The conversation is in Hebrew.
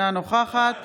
אינה נוכחת